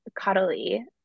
cuddly